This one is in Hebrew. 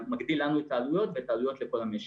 מגדיל לנו את העלויות ואת העלויות לכל המשק.